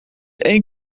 één